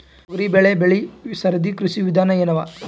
ತೊಗರಿಬೇಳೆ ಬೆಳಿ ಸರದಿ ಕೃಷಿ ವಿಧಾನ ಎನವ?